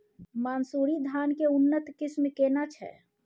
मानसुरी धान के उन्नत किस्म केना छै?